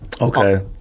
Okay